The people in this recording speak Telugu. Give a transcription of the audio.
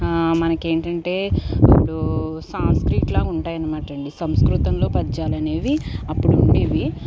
మనకేంటంటే ఇప్పుడు సాంస్క్రిట్లాగా ఉంటాయనమాట అండి సంస్కృతంలో పద్యాలు అనేవి అప్పుడు ఉండేవి